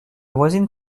voisine